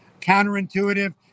counterintuitive